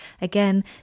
Again